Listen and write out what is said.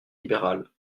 libérales